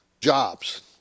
jobs